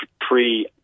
pre-